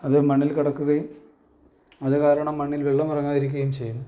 അത് മണ്ണിൽ കിടക്കുകയും അത് കാരണം മണ്ണിൽ വെള്ളമിറങ്ങാതിരിക്കുകയും ചെയ്യുന്നു